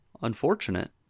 Unfortunate